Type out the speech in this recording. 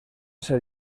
ser